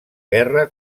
guerra